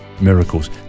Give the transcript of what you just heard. Miracles